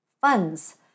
funds